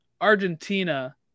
Argentina